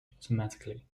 automatically